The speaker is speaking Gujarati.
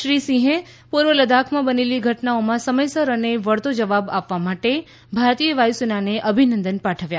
શ્રી સિંહે પૂર્વ લદ્દાખમાં બનેલી ઘટનાઓમાં સમયસર અને વળતો જવાબ આપવા માટે ભારતીય વાયુસેનાને અભિનંદન પાઠવ્યા